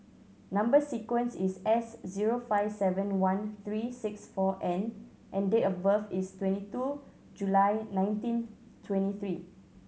number sequence is S zero five seven one three six four N and date of birth is twenty two July nineteen twenty three